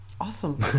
awesome